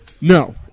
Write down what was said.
No